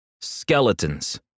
skeletons